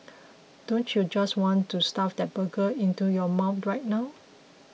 don't you just want to stuff that burger into your mouth right now